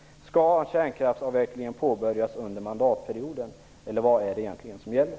Skall kärnkraftsavvecklingen påbörjas under mandatperioden, eller vad är det egentligen som gäller?